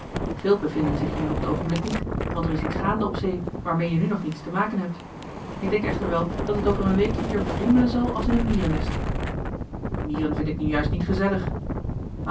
veel bevinden zich hier op t oogenblik niet want er is iets gaande op zee waarmee je nu nog niets te maken hebt ik denk echter wel dat t over een weekje hier wriemelen zal als in een mierennest mieren vind ik nu juist niet gezellig